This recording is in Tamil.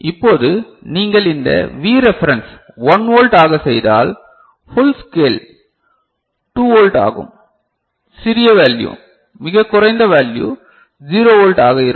இப்போது நீங்கள் இந்த வி ரெஃபரன்ஸ் 1 வோல்ட் ஆக செய்தால் ஃபுல் ஸ்கேல் 2 வோல்ட் ஆகும் சிறிய வேல்யு மிகக் குறைந்த வேல்யு 0 வோல்ட் ஆக இருக்கும்